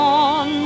on